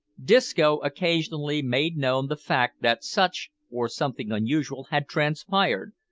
disco occasionally made known the fact that such, or something unusual, had transpired,